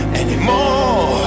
anymore